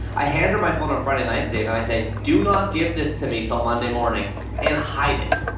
i hand her my phone on friday nights, dave, and i say, do not give this to me till monday morning and hide it.